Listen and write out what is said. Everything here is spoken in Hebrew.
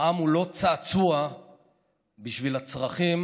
העם הוא לא צעצוע בשביל הצרכים